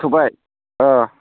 जाथ'बाय ओह